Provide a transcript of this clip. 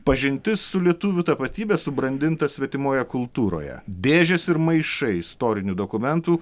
pažintis su lietuvių tapatybe subrandinta svetimoje kultūroje dėžės ir maišai istorinių dokumentų